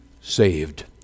saved